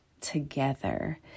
together